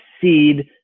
seed